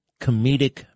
comedic